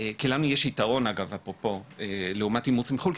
כי לנו יש יתרון דרך אגב לעומת אימוץ מחו"ל,